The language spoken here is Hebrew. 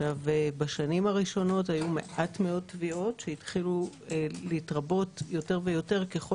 בשנים הראשונות היו מעט מאוד תביעות שהתחילו להתרבות יותר ויותר ככל